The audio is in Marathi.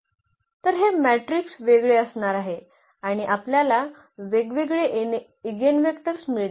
तर हे मॅट्रिक्स वेगळे असणार आहे आणि आपल्याला वेगवेगळे ईगेनवेक्टर्स मिळतील